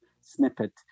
snippet